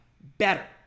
better